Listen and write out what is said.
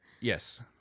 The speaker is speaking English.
yes